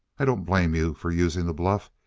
i don't blame you for using the bluff,